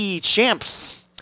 champs